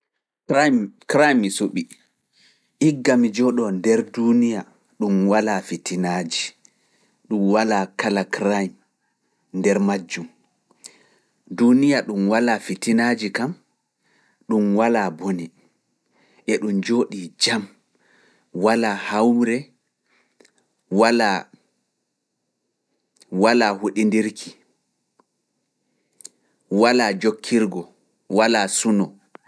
Crime mi suɓi, igga mi jooɗoo nder duuniya ɗum walaa fitinaaji, ɗum walaa kala crime nder majjum. Duuniya ɗum walaa fitinaaji kam, ɗum walaa bone, e ɗum jooɗii jam, walaa hawre, walaa huɗindirki, walaa jokkirgo, walaa suno.